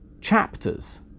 chapters